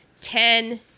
ten